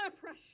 pressure